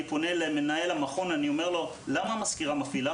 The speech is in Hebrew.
פונה למנהל המכון ושואל אותו למה המזכירה מפעילה,